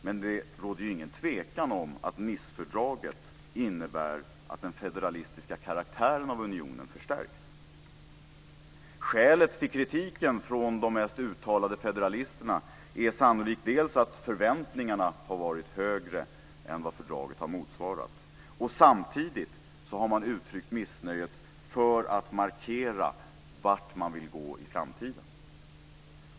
Men det råder ingen tvekan om att Nicefördraget innebär att den federalistiska karaktären på unionen förstärks. Skälet till kritiken från de mest uttalade federalisterna är sannolikt att förväntningarna har varit högre än fördraget har motsvarat. Samtidigt har man uttryckt missnöjet för att markera vart man vill gå i framtiden.